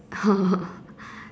oh